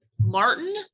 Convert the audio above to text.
Martin